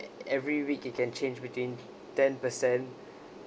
e~ every week you can change between ten per cent